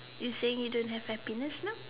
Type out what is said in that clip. you saying you don't have happiness now